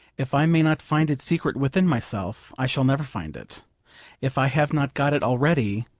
if i may not find its secret within myself, i shall never find it if i have not got it already,